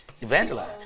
Evangelize